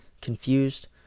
confused